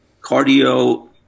cardio